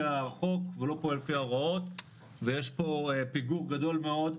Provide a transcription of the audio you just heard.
החוק ולא פועל על פי ההוראות ויש פה פיגור גדול מאוד,